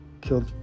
killed